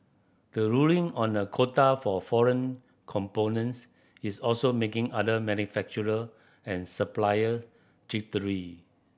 the ruling on a quota for foreign components is also making other manufacturer and supplier jittery